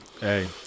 Hey